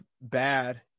bad